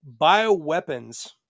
bioweapons